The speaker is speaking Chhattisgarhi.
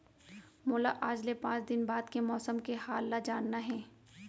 मोला आज ले पाँच दिन बाद के मौसम के हाल ल जानना हे?